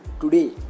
today